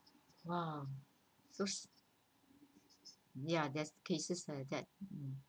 !wah! so s~ ya there's cases like that